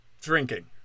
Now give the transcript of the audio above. drinking